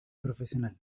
profesional